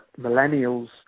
millennials